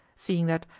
seeing that,